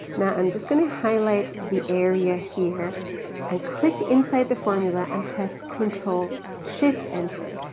now i'm just gonna highlight the area here and click inside the formula and press control shift enter.